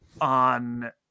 on